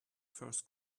first